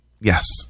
Yes